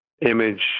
image